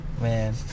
man